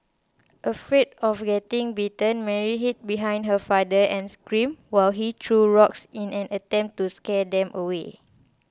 afraid of getting bitten Mary hid behind her father and screamed while he threw rocks in an attempt to scare them away